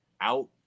out